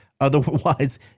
Otherwise